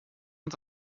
uns